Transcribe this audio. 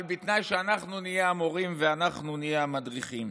אבל בתנאי שאנחנו נהיה המורים ואנחנו נהיה המדריכים.